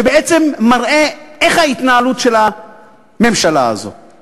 שבעצם מראה איך הממשלה הזאת מתנהלת.